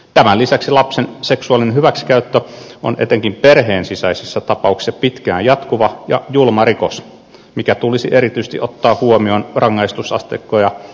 tämän lisäksi lapsen seksuaalinen hyväksikäyttö on etenkin perheen sisäisissä tapauksissa pitkään jatkuva ja julma rikos mikä tulisi erityisesti ottaa huomioon rangaistusasteikkoja määritettäessä